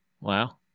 Wow